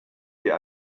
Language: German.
wir